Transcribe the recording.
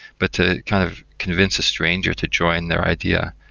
but to kind of convince a stranger to join their idea,